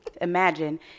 imagine